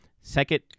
Second